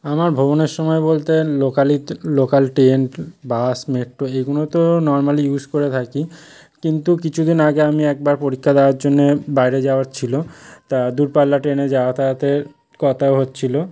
আমার ভ্রমণের সময় বলতে locally local train bus metro এগুলো তো নর্মালি ইউজ করে থাকি কিন্তু কিছুদিন আগে আমি একবার পরীক্ষা দেওয়ার জন্যে বাইরে যাওয়ার ছিল তা দূরপাল্লা ট্রেনে যাতায়াতের কথা হচ্ছিল